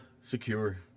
secure